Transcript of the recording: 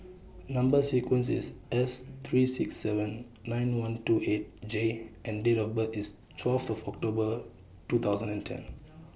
Number sequence IS S three six seven nine one two eight J and Date of birth IS twelve of October two thousand and ten